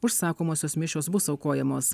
užsakomosios mišios bus aukojamos